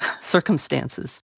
circumstances